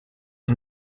est